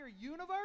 universe